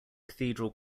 cathedral